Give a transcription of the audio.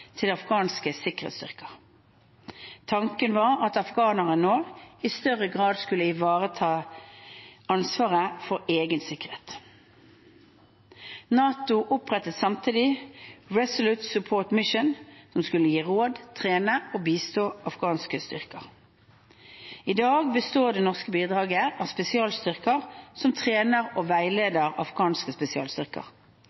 til afghanske sikkerhetsstyrker. Tanken var at afghanerne nå i større grad skulle ivareta ansvaret for egen sikkerhet. NATO opprettet samtidig Resolute Support Mission, som skulle gi råd, trene og bistå afghanske styrker. I dag består det norske bidraget av spesialstyrker som trener og